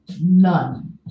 None